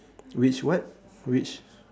which what which